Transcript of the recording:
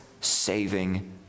saving